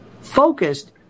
focused